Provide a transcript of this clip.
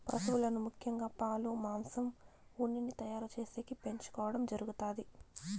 పసువులను ముఖ్యంగా పాలు, మాంసం, ఉన్నిని తయారు చేసేకి పెంచుకోవడం జరుగుతాది